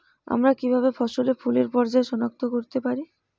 আমরা কিভাবে ফসলে ফুলের পর্যায় সনাক্ত করতে পারি?